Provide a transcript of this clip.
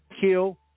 Kill